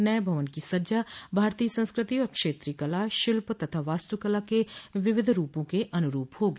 नये भवन की सज्जा भारतीय संस्कृति और क्षेत्रीय कला शिल्प तथा वास्तुकला के विविध रूपों के अनुरूप होगी